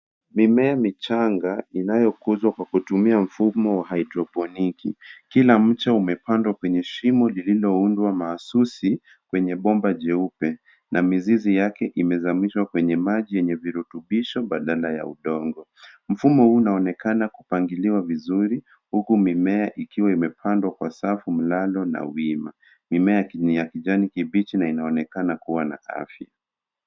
Mimea michanga inayo kuzwa kwa kutumia mfumo wa haidroponiki. Kila mche umepandwa kwenye shimo lililoundwa maasusi kwenye bomba jeupe na mizizi yake imezamishwa kwenye maji yenye vitrubisho badala ya udongo. Mfumo huu unaonekana kupangiliwa vizuri huku mimea ikiwa imepandwa kwa safu mlalo na wima. Mimea ni ya kijani kibichi na inaonekana kuwa safi.